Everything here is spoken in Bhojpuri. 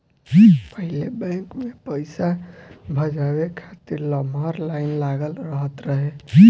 पहिले बैंक में पईसा भजावे खातिर लमहर लाइन लागल रहत रहे